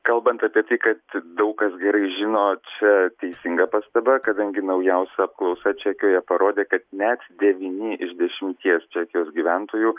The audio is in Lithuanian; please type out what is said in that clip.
kalbant apie tai kad daug kas gerai žino čia teisinga pastaba kadangi naujausia apklausa čekijoje parodė kad net devyni iš dešimties čekijos gyventojų